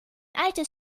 altes